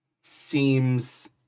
Seems